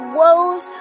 woes